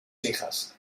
hijas